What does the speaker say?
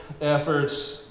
efforts